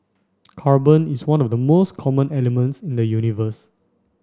carbon is one of the most common elements in the universe